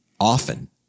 often